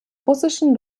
russischen